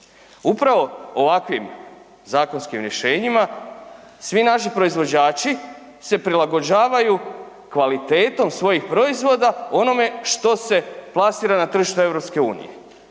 Upravo ovakvim zakonskim rješenjima svi naši proizvođači se prilagođavaju kvalitetom svojih proizvoda onome što se plasira na tržište EU.